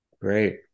Great